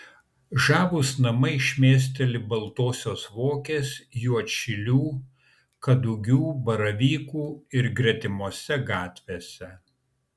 žavūs namai šmėsteli baltosios vokės juodšilių kadugių baravykų ir gretimose gatvėse